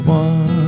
one